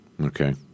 Okay